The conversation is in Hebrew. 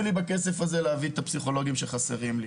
לי בכסף הזה להביא את הפסיכולוגים שחסרים לי.